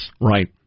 Right